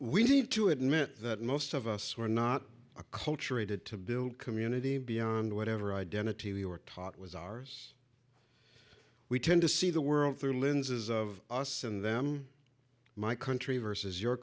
we need to admit that most of us were not a culture a did to build community beyond whatever identity we were taught was ours we tend to see the world through lenses of us and them my country vs your